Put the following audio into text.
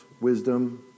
wisdom